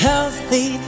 Healthy